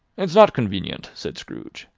it's not convenient, said scrooge,